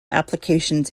applications